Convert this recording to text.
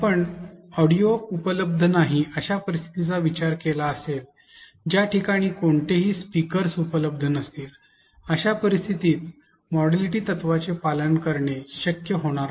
आपण ऑडिओ उपलब्ध नाही अशा परिस्थितीबद्दल विचार केला असेल ज्या ठिकाणी जेथे कोणतेही स्पीकर्स उपलब्ध नसतील अशा परिस्थितीत मोडॅलिटी तत्त्वाचे पालन करणे शक्य होणार नाही